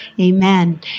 Amen